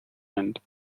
end